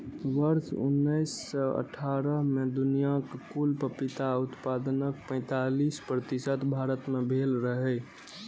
वर्ष उन्नैस सय अट्ठारह मे दुनियाक कुल पपीता उत्पादनक पैंतालीस प्रतिशत भारत मे भेल रहै